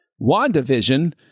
WandaVision